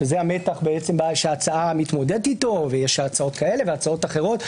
וזה המתח שההצעה מתמודדת איתו ויש הצעות כאלה והצעות אחרות,